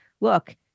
look